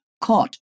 caught